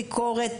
ביקורת,